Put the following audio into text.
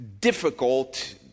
difficult